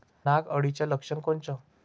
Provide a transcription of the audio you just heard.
नाग अळीचं लक्षण कोनचं?